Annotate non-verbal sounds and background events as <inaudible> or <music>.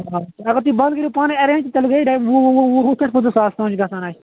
<unintelligible> اگر تُہۍ بانہٕ کٔرِو پانے اَرینٛج تیٚلہِ وُہ وُہ وُہ وُہ پٮ۪ٹھٕ پٕنٛژٕہ ساس چھُ گَژھان اَسہِ